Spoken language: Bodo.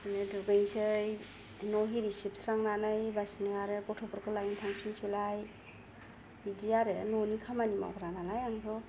दुगैसै न' इरि सिबस्रांनानै ओइबासिनो आरो गथ'फोरखौ लायनो थांफिनसैलाय बिदि आरो न'नि खामानि मावग्रा नालाय आंथ'